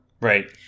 Right